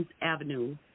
Avenue